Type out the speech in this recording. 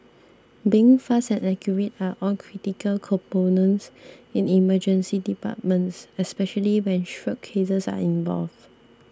being fast and accurate are all critical components in Emergency Departments especially when stroke cases are involved